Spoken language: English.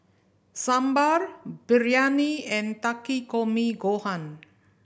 Sambar Biryani and Takikomi Gohan